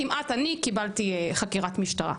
כמעט אני קיבלתי חקירת משטרה.